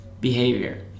behavior